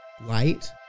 light